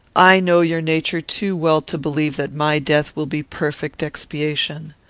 i know your nature too well to believe that my death will be perfect expiation.